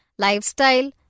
lifestyle